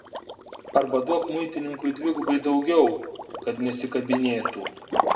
arba duok muitininkui dvigubai daugiau kad nesikabinėtų